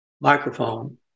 microphone